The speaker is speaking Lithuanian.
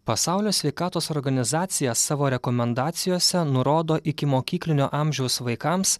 pasaulio sveikatos organizacija savo rekomendacijose nurodo ikimokyklinio amžiaus vaikams